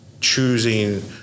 choosing